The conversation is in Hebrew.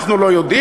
אנחנו לא יודעים,